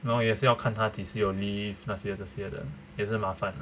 now 也是要看他几时有 leave 那些这些的也是麻烦